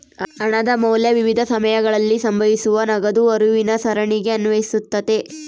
ಹಣದ ಮೌಲ್ಯ ವಿವಿಧ ಸಮಯಗಳಲ್ಲಿ ಸಂಭವಿಸುವ ನಗದು ಹರಿವಿನ ಸರಣಿಗೆ ಅನ್ವಯಿಸ್ತತೆ